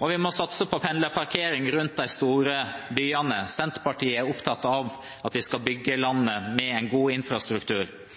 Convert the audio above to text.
og vi må satse på pendlerparkering rundt de store byene. Senterpartiet er opptatt av at vi skal bygge